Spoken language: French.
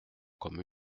comme